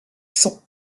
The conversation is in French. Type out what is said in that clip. sont